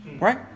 right